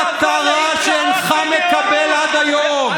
במטרה שאינך מקבל עד היום,